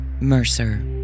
Mercer